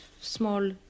small